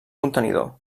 contenidor